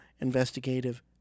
investigative